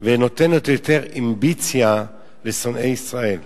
ונותנת יותר אמביציה לשונאי ישראל,